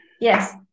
Yes